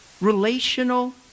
relational